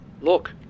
look